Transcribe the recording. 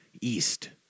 East